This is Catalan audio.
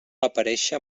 aparèixer